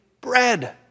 bread